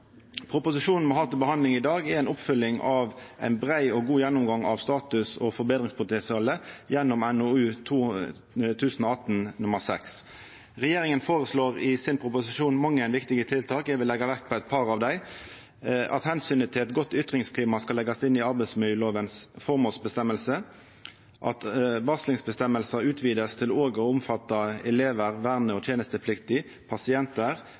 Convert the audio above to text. Proposisjonen me har til behandling i dag, er ei oppfølging av ein brei og god gjennomgang av statusen og forbetringspotensialet i NOU 2018: 6. Regjeringa foreslår i proposisjonen mange viktige tiltak. Eg vil leggja vekt på nokre av dei: at omsynet til eit godt ytringsklima skal leggjast inn i arbeidsmiljølovens formålsparagraf at varslingsreglane blir utvida til også å omfatta elevar, verne- og tenestepliktige, pasientar,